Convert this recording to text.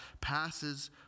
passes